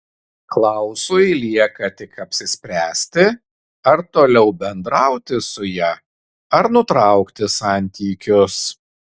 klausui lieka tik apsispręsti ar toliau bendrauti su ja ar nutraukti santykius